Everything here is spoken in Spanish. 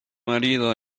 marido